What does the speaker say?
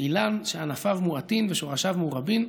לאילן שענפיו מועטין ושורשיו מרובין,